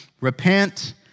Repent